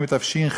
מתש"ח,